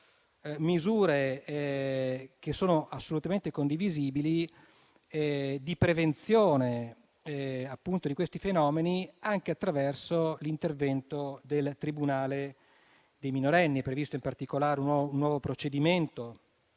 misure, che sono assolutamente condivisibili, di prevenzione di tali fenomeni, anche attraverso l'intervento del tribunale dei minorenni. È previsto in particolare un nuovo procedimento